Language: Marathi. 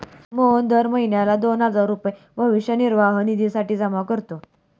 मोहन दर महीना दोन हजार रुपये भविष्य निर्वाह निधीसाठी जमा करतो